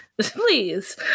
Please